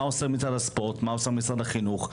מה עושה משרד הספורט מה עושה משרד החינוך,